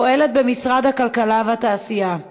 הפועלת במשרד הכלכלה והתעשייה.